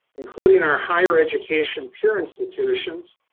including our higher education peer institutions,